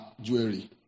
jewelry